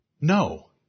No